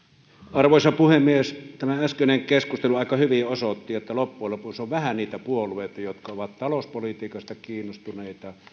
arvoisa puhemies tämä äskeinen keskustelu aika hyvin osoitti että loppujen lopuksi on vähän niitä puolueita jotka ovat talouspolitiikasta kiinnostuneita